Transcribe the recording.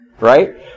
right